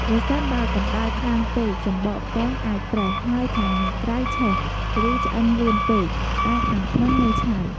ប្រសិនបើកម្តៅខ្លាំងពេក សំបកពងអាចប្រេះ ហើយខាងក្រៅឆេះ ឬឆ្អិនលឿនពេក តែខាងក្នុងនៅឆៅ។